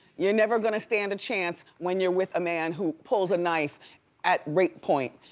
you're never gonna stand a chance when you're with a man who pulls a knife at rape point,